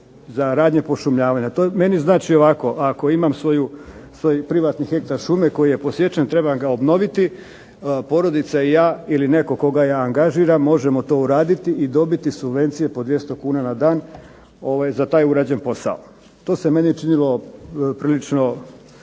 za radnje pošumljavanja. To meni znači ovako, ako imam svoj privatni hektar šume koji je posječen, trebam ga obnoviti, porodica i ja ili netko koga ja angažiram možemo to uraditi i dobiti subvencije po 200 kn na dan za taj urađen posao. To se meni činilo prilično